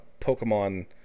Pokemon